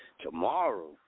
tomorrow